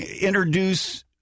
introduce